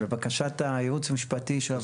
הם לבקשת הייעוץ המשפטי של הוועדה.